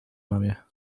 mamie